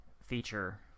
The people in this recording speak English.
feature